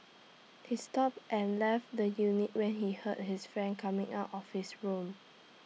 he stopped and left the unit when he heard his friend coming out of his room